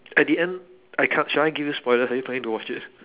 at the end I can't should I give you spoilers are you planning to watch this